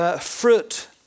Fruit